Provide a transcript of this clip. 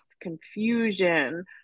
confusion